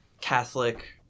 Catholic